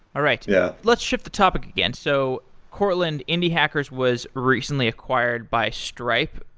all right. yeah let's shift the topic again. so courtland, indie hackers was recently acquired by stripe.